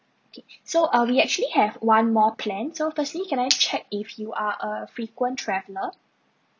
okay so uh we actually have one more plan so firstly can I check if you are a frequent traveller